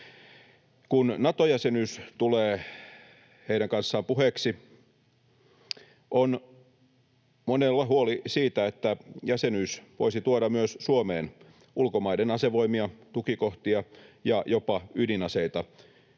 Kun Nato-jäsenyys tulee heidän kanssaan puheeksi, on monella huoli siitä, että jäsenyys voisi tuoda myös Suomeen ulkomaiden asevoimia, tukikohtia ja jopa ydinaseita